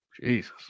Jesus